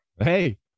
Hey